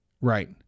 right